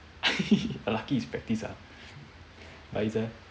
lucky it's practice ah but it's err